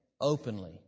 openly